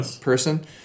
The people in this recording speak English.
person